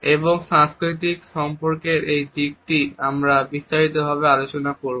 এবং সাংস্কৃতিক সম্পর্কের এই দিকটি আমরা বিস্তারিতভাবে আলোচনা করব